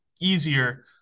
easier